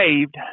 saved